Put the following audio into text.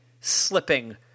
slipping